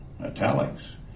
italics